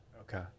okay